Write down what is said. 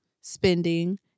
spending